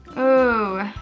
oh,